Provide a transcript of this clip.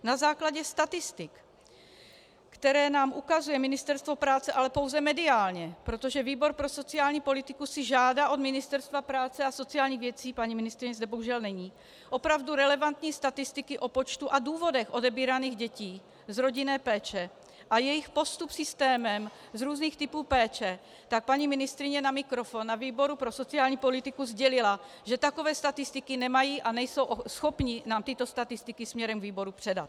Na základě statistik, které nám ukazuje Ministerstvo práce, ale pouze mediálně, protože výbor pro sociální politiku si žádá od Ministerstva práce a sociálních věcí paní ministryně zde bohužel není opravdu relevantní statistiky o počtu a důvodech odebíraných dětí z rodinné péče a jejich postup systémem z různých typů péče, tak paní ministryně na mikrofon ve výboru pro sociální politiku sdělila, že takové statistiky nemají a nejsou schopni nám tyto statistiky směrem k výboru předat.